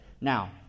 Now